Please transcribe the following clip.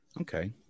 Okay